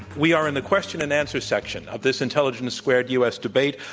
we are in the question and answer section of this intelligence squared u. s. debate.